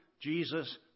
Jesus